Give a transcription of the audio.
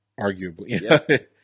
arguably